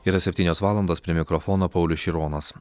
yra septynios valandos prie mikrofono paulius šironas